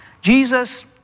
Jesus